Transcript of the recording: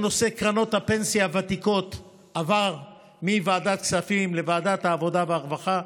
ונושא קרנות הפנסיה הוותיקות עבר מוועדת הכספים לוועדת העבודה והרווחה,